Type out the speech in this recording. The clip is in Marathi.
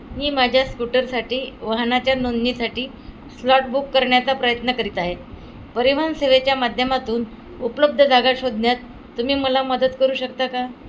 मी माझ्या स्कूटरसाठी वाहनाच्या नोंदणीसाठी स्लॉट बुक करण्याचा प्रयत्न करीत आहेत परिवहन सेवेच्या माध्यमातून उपलब्ध जागा शोधण्यात तुम्ही मला मदत करू शकता का